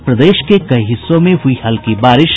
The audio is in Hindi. और प्रदेश के कई हिस्सों में हुई हल्की बारिश